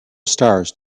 stars